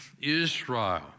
Israel